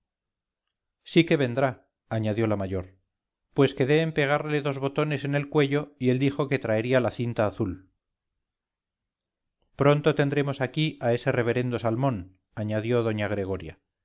sí que vendrá añadió la mayor pues quedé en pegarle dos botones en el cuello y él dijo que traería la cinta azul pronto tendremos aquí a ese reverendo salmón añadió doña gregoria